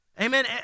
Amen